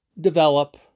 develop